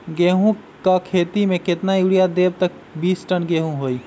गेंहू क खेती म केतना यूरिया देब त बिस टन गेहूं होई?